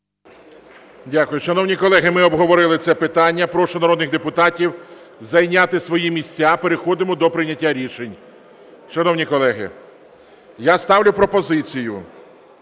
Дякую. Шановні колеги, ми обговорили це питання. Прошу народних депутатів зайняти свої місця, переходимо до прийняття рішень. Шановні колеги, я ставлю пропозицію